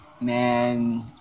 man